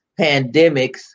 pandemics